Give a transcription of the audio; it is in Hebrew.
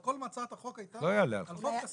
הרי כל הצעת החוק הייתה על חוב כספי קטן.